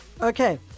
Okay